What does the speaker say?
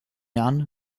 jahren